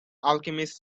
alchemist